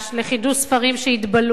לחידוש ספרים שהתבלו,